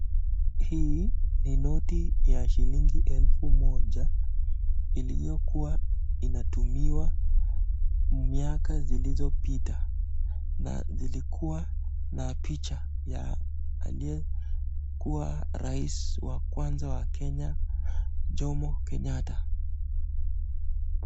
Hii ni noti ya shilingi elfu moja iliyokuwa inatumiwa miaka zilizopita na zilikuwa na zilikuwa na picha ya aliyekuwa rais wa kwanza wa kenya Jomo Kenyatta.